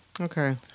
Okay